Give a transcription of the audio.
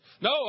No